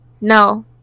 no